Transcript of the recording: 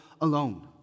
alone